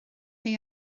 chi